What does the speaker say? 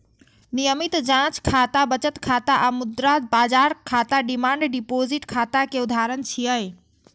नियमित जांच खाता, बचत खाता आ मुद्रा बाजार खाता डिमांड डिपोजिट खाता के उदाहरण छियै